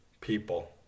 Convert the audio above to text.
people